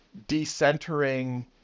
decentering